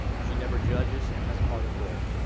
she never judges and has a heart of gold.